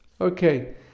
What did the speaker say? Okay